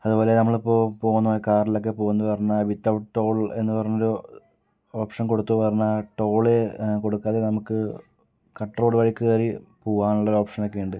അതുപോലെ നമ്മളിപ്പോൾ പോകുന്ന കാറിലൊക്കെ പോകുന്നു എന്ന് പറഞ്ഞാൽ വിതൗട്ട് ടോൾ എന്ന് പറഞ്ഞ ഒരു ഓപ്ഷൻ കൊടുത്തു കാരണം ആ ടോള് കൊടുക്കാതെ നമുക്ക് കട്ട് റോഡ് വഴി കയറി പോവാനുള്ള ഒരു ഓപ്ഷനൊക്കെയുണ്ട്